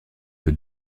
peut